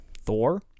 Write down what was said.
Thor